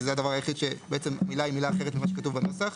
כי זה הדבר היחיד שהמילה היא מילה אחרת ממה שכתוב בנוסח.